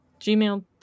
Gmail